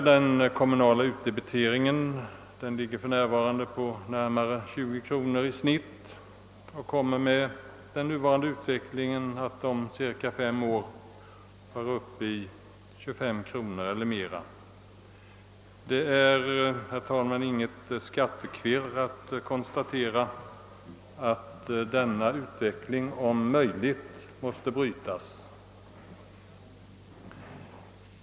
Den kommunala utdebiteringen ligger för närvarande på närmare 20 kronor i genomsnitt och kommer med den nuvarande utvecklingen att om cirka fem år vara uppe i 25 kronor eller mer. Det är, herr talman, inget skattekvirr att konstatera att denna utveckling om möjligt måste brytas.